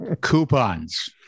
coupons